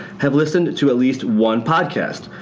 have listened to to at least one podcast.